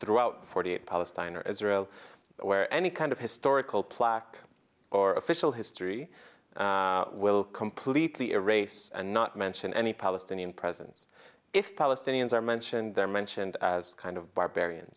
throughout forty eight palestine or israel where any kind of historical plaque or official history will completely erase and not mention any palestinian presence if palestinians are mentioned there mentioned as kind of barbarians